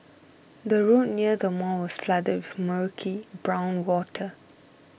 the road near the mall was flooded with murky brown water